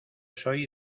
soy